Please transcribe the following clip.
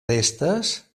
restes